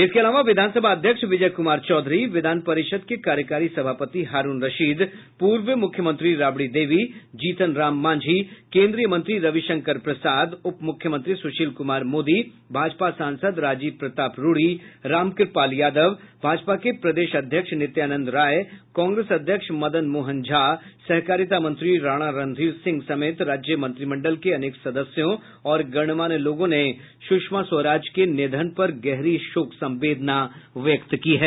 इसके अलावा विधानसभा अध्यक्ष विजय कुमार चौधरी विधान परिषद के कार्यकारी सभापति हारूण रशीद पूर्व मुख्यमंत्री राबड़ी देवी जीतन राम मांझी केन्द्रीय मंत्री रवि शंकर प्रसाद उपमुख्यमंत्री सुशील कुमार मोदी भाजपा सांसद राजीव प्रताप रूढ़ी रामकृपाल यादव भाजपा के प्रदेश अध्यक्ष नित्यानंद राय कांग्रेस अध्यक्ष मदन मोहन झा सहकारिता मंत्री राणा रणधीर सिंह समेत राज्य मंत्रिमंडल के अनेक सदस्यों और गणमान्य लोगों ने सुषमा स्वराज के निधन पर गहरी शोक संवेदना व्यक्त की है